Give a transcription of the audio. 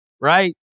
right